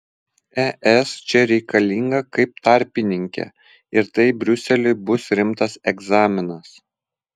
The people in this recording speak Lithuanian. es čia reikalinga kaip tarpininkė ir tai briuseliui bus rimtas egzaminas